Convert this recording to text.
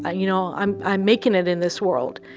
ah you know i'm i'm making it in this world,